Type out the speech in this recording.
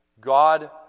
God